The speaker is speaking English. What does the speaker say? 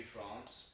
France